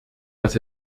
dass